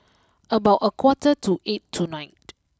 about a quarter to eight tonight